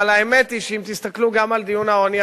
אבל האמת היא שאם תסתכלו גם על דיון העוני הקודם,